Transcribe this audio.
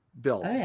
built